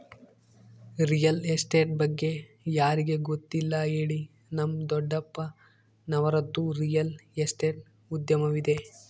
real estate ಬಗ್ಗೆ ಯಾರಿಗೆ ಗೊತ್ತಿಲ್ಲ ಹೇಳಿ, ನಮ್ಮ ದೊಡ್ಡಪ್ಪನವರದ್ದು ರಿಯಲ್ ಎಸ್ಟೇಟ್ ಉದ್ಯಮವಿದೆ